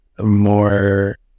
more